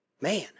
man